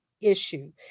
issue